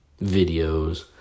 videos